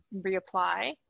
reapply